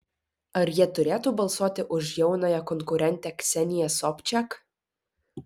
ar jie turėtų balsuoti už jaunąją konkurentę kseniją sobčiak